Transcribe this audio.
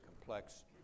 complex